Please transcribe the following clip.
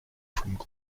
from